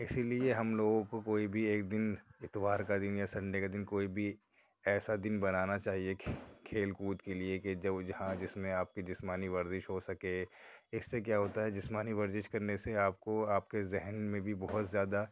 اِسی لیے ہم لوگوں کو کوئی بھی ایک دِن اتوار کا دن یا سنڈے کا دِن کوئی بھی ایسا دِن بنانا چاہیے کہ کھیل کود کے لیے کہ جب جہاں جس میں آپ کی جسمانی ورزش ہوسکے اِس سے کیا ہوتا ہے جسمانی ورزش کرنے سے آپ کو آپ کے ذہن میں بھی بہت زیادہ